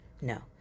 no